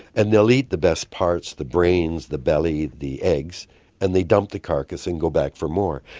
and they will eat the best parts the brains, the belly, the eggs and they dump the carcass and go back for more.